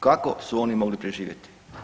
Kako su oni mogli preživjeti?